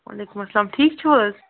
وعلیکُم اَسلام ٹھیٖک چھِو حظ